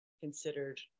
considered